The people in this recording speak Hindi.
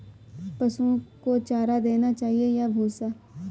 पशुओं को चारा देना चाहिए या भूसा?